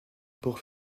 pour